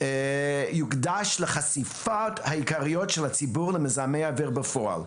יוקדש לחשיפות העיקריות של הציבור למזהמי אוויר בפועל,